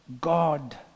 God